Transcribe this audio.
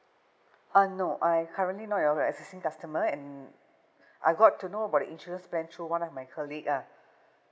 uh no I currently not your existing customer and I got to know about the insurance plan through one of my colleague ah